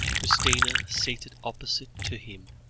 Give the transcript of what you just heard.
christina seated opposite to him,